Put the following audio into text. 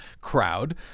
crowd